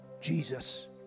Jesus